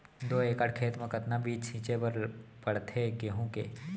दो एकड़ खेत म कतना बीज छिंचे बर पड़थे गेहूँ के?